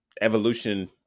evolution